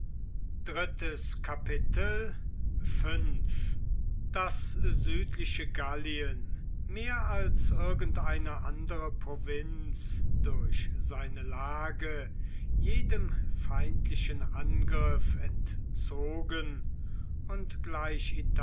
das südliche gallien mehr als irgendeine andere provinz durch seine lage jedem feindlichen angriff entzogen und gleich